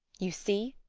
you see!